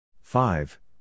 Five